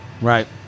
Right